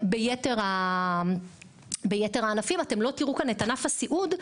וביתר הענפים אתם לא תראו כאן את ענף הסיעוד,